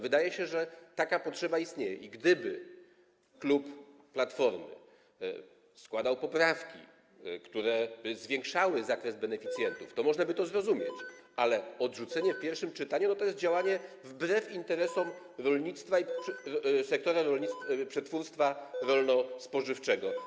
Wydaje się, że taka potrzeba istnieje, i gdyby klub Platformy składał poprawki, które by zwiększały krąg beneficjentów, to można by to zrozumieć, ale odrzucenie w pierwszym czytaniu to jest działanie wbrew interesom rolnictwa i sektora przetwórstwa rolno-spożywczego.